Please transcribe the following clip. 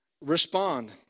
respond